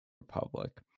Republic